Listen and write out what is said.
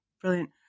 brilliant